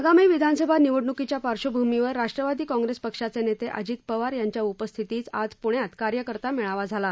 आगामी विधानसभा निवडणुकीच्या पार्श्वभूमीवर राष्ट्रवादी कॉंग्रेस पक्षाचे नेते अजित पवार यांच्या उपस्थितीत आज पृण्यात कार्यकर्ता मेळावा झाला